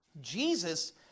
Jesus